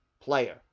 player